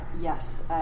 Yes